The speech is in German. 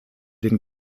den